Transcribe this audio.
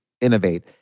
innovate